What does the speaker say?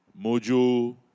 Mojo